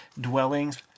dwellings